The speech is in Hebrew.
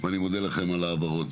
אני מודה לכם על ההבהרות.